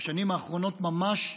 בשנים האחרונות ממש,